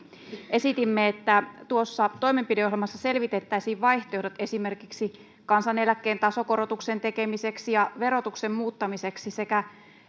esitimme että tuossa toimenpideohjelmassa selvitettäisiin vaihtoehdot esimerkiksi kansaneläkkeen tasokorotuksen tekemiseksi ja verotuksen muuttamiseksi sekä